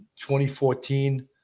2014